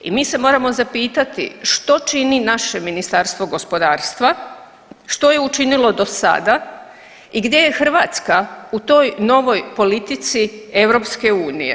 I mi se moramo zapitati što čini naše Ministarstvo gospodarstva, što je učinilo do sada i gdje je Hrvatska u toj novoj politici EU?